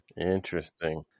Interesting